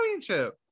championship